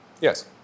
Yes